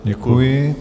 Děkuji.